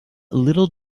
little